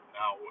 now